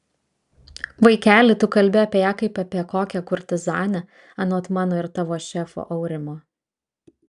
vaikeli tu kalbi apie ją kaip apie kokią kurtizanę anot mano ir tavo šefo aurimo